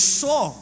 saw